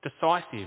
decisive